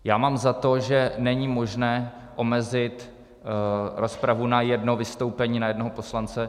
Já mám za to, že není možné omezit rozpravu na jedno vystoupení na jednoho poslance.